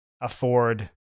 afford